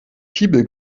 fibel